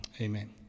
amen